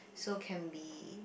so can be